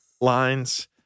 lines